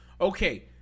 Okay